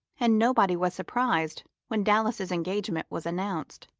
and nobody was surprised when dallas's engagement was announced.